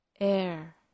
air